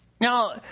Now